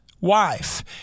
wife